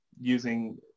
using